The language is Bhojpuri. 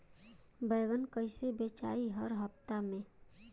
बैगन कईसे बेचाई हर हफ्ता में?